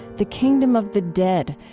the kingdom of the dead,